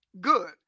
good